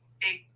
big